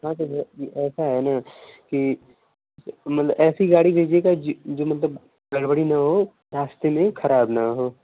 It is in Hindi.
हँ तो भैया ऐसा है न कि मतलब ऐसी गाड़ी भेजिएगा जी जो मतलब गड़बड़ी न हो रास्ते में खराब न हो